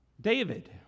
David